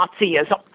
Nazism